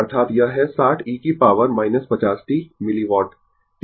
अर्थात यह है 60 e की पॉवर 50 t मिलीवाट t 0 से अधिक